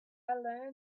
learn